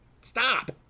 stop